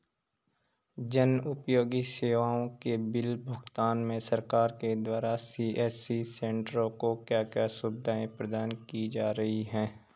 जन उपयोगी सेवाओं के बिल भुगतान में सरकार के द्वारा सी.एस.सी सेंट्रो को क्या क्या सुविधाएं प्रदान की जा रही हैं?